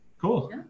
Cool